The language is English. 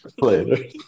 Later